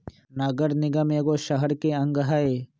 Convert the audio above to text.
नगर निगम एगो शहरके अङग हइ